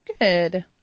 Good